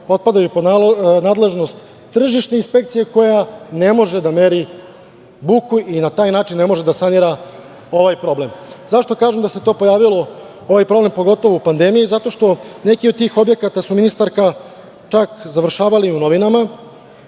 potpadaju pod nadležnost tržišne inspekcije koja ne može da meri buku i na taj način ne može da se planira ovaj problem.Zašto kaže da se to pojavilo, ovaj problem, pogotovo u pandemiji? Zato što neki od tih objekata su, ministarka, čak završavali u novinama,